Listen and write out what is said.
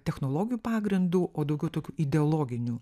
technologijų pagrindu o daugiau tokiu ideologiniu